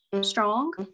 strong